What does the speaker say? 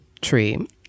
tree